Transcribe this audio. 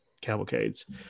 cavalcades